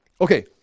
okay